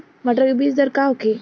मटर के बीज दर का होखे?